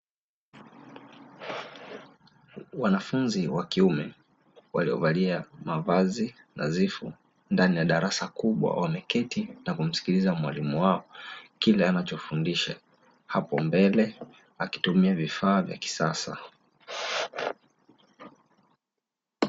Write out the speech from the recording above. Wanafunzi wa kiume waliovalia mavazi nadhifu ndani ya darasa kubwa wameketi na kumsikiliza mwalimu wao, kile ambacho anafundisha hapo mbele akitumia vifaa vya kisasa.